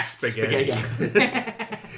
spaghetti